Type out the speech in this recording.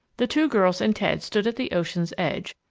the two girls and ted stood at the ocean's edge,